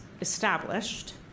established